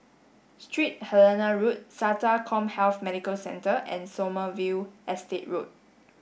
Street Helena Road SATA CommHealth Medical Centre and Sommerville Estate Road